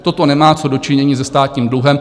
Toto nemá co do činění se státním dluhem.